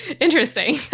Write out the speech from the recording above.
Interesting